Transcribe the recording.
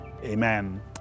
Amen